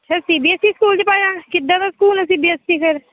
ਅੱਛਾ C B S E school 'ਚ ਪਾਇਆ ਕਿੱਦਾਂ ਦਾ ਸਕੂਲ ਹੈ ਸੀ ਬੀ ਐਸ ਈ ਫੇਰ